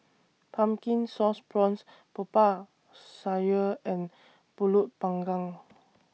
Pumpkin Sauce Prawns Popiah Sayur and Pulut Panggang